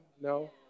no